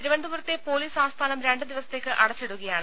തിരുവനന്തപുരത്തെ പൊലീസ് ആസ്ഥാനം രണ്ട് ദിവസത്തേക്ക് അടച്ചിരിക്കുകയാണ്